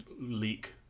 leak